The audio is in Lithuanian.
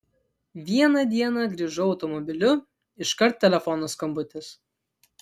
vieną dieną grįžau automobiliu iškart telefono skambutis